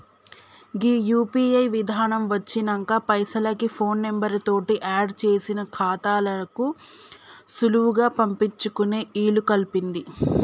గీ UPI విధానం వచ్చినంక పైసలకి ఫోన్ నెంబర్ తోటి ఆడ్ చేసిన ఖాతాలకు సులువుగా పంపించుకునే ఇలుకల్పింది